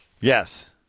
yes